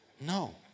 No